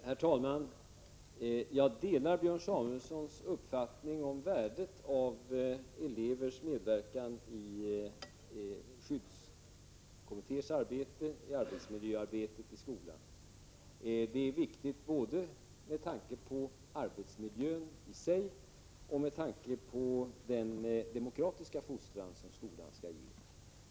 Herr talman! Jag delar Björn Samuelsons uppfattning om värdet av elevers medverkan i skyddskommittéers arbete och i arbetsmiljöarbetet i skolan. Det är viktigt både med tanke på arbetsmiljön i sig och med tanke på den demokratiska fostran som skolan skall ge.